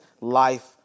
life